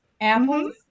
Apples